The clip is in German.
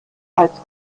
als